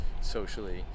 socially